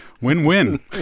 Win-win